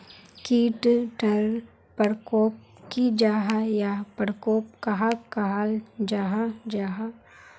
कीट टर परकोप की जाहा या परकोप कहाक कहाल जाहा जाहा?